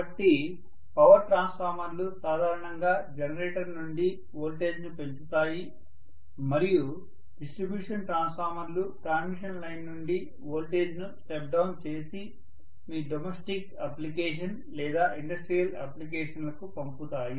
కాబట్టి పవర్ ట్రాన్స్ఫార్మర్లు సాధారణంగా జనరేటర్ నుండి వోల్టేజ్ను పెంచుతాయి మరియు డిస్ట్రిబ్యూషన్ ట్రాన్స్ఫార్మర్లు ట్రాన్స్మిషన్ లైన్ నుండి వోల్టేజ్ ను స్టెప్ డౌన్ చేసి మీ డొమెస్టిక్ అప్లికేషన్ లేదా ఇండస్ట్రియల్ అప్లికేషన్లకు పంపుతాయి